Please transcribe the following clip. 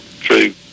true